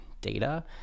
data